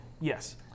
Yes